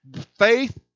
Faith